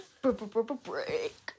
break